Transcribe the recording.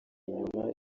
inyuma